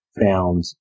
found